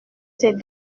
ses